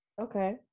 okay